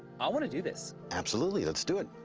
i want to do this. absolutely, let's do it.